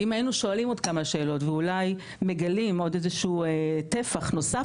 ואם היינו שואלים עוד כמה שאלות ואולי מגלים איזשהו טפח נוסף,